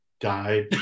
died